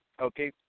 okay